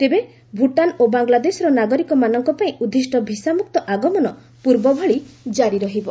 ତେବେ ଭୁଟାନ ଓ ବାଂଲାଦେଶର ନାଗରିକମାନଙ୍କ ପାଇଁ ଉଦ୍ଦିଷ୍ଟ ଭିସାମୁକ୍ତ ଆଗମନ ପୂର୍ବଭଳି ଜାରି ରହିବ